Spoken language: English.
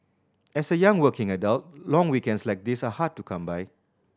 as a young working adult long weekends like these are hard to come by